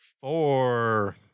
Four